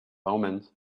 omens